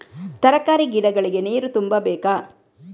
ತರಕಾರಿ ಗಿಡಗಳಿಗೆ ನೀರು ತುಂಬಬೇಕಾ?